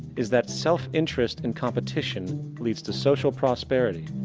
is that self interest and competition leads to social prosperity,